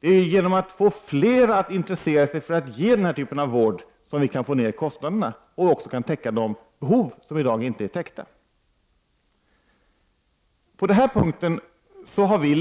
Det är ju genom att få fler intresserade av att ge denna typ av vård som vi kan få ned kostnaderna och dessutom täcka de behov som inte är täckta i dag. Vi har på den punkten